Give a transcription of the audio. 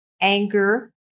anger